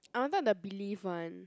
I wanted the Belif one